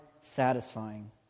satisfying